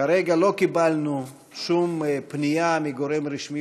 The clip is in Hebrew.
כרגע לא קיבלנו שום פנייה מגורם רשמי